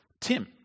Tim